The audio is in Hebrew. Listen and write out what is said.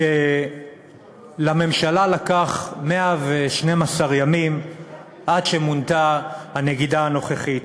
שלממשלה לקח 112 ימים עד שמונתה הנגידה הנוכחית,